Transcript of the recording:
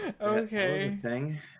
Okay